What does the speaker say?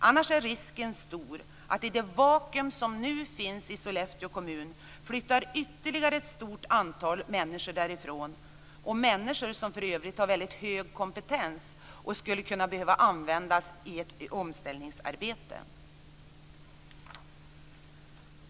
Annars är det stor risk för att på grund av det vakuum som nu finns i Sollefteå kommun ytterligare ett stort antal människor kommer att flytta därifrån, för övrigt människor som har mycket hög kompetens och som skulle behöva användas i ett omställningsarbete.